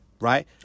Right